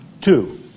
Two